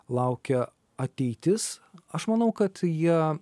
laukia ateitis aš manau kad jie